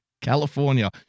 California